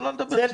זה לא לדבר סתם.